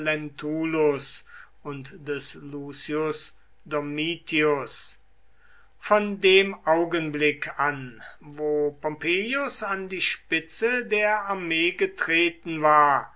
und des lucius domitius von dem augenblick an wo pompeius an die spitze der armee getreten war